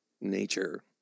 nature